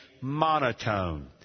monotone